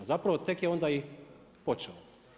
A zapravo tek je onda i počeo.